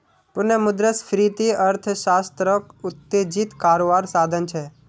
पुनः मुद्रस्फ्रिती अर्थ्शाश्त्रोक उत्तेजित कारवार साधन छे